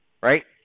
right